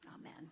amen